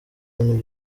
bintu